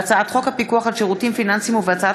בהצעת חוק הפיקוח על שירותים פיננסיים ובהצעת